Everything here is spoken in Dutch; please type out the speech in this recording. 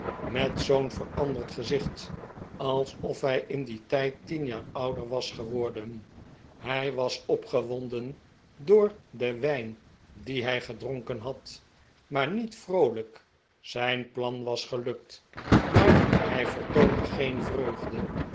met zoo'n veranderd gezicht als of hij in dien tijd tien jaar ouder was geworden hij was opgewonden door den wijn dien hij gedronken had maar niet vroolijk zijn plan was gelukt maar hij toonde geen vreugde